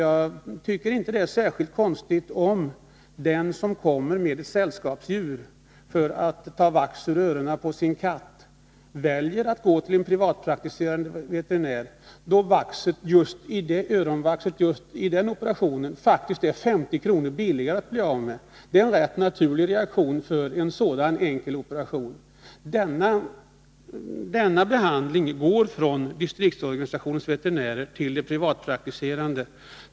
Jag tycker inte att det är särskilt konstigt om den som kommer med ett sällskapsdjur, t.ex. för att ta bort vax ur öronen på sin katt, väljer att gå till en privatpraktiserande veterinär, då det faktiskt hos denne är 50 kr. billigare att bli av med vaxet. Det är en rätt naturlig reaktion när det gäller en sådan enkel operation. Behandlingen av sådana fall går över från distriktsorganisationens veterinärer till de privatpraktiserande.